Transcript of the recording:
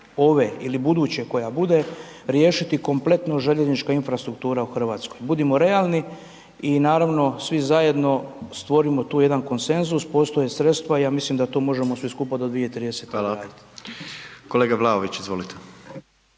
ove ili buduće koja bude, riješiti kompletna željeznička infrastruktura u Hrvatskoj. Budimo realni i naravno, svi zajedno stvorimo tu jedan konsenzus, postoje sredstva i ja mislim da to možemo svi skupa do 2030. uraditi. **Jandroković, Gordan